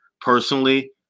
personally